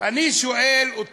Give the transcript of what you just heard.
זה המנון של הארגון הצבאי הלאומי.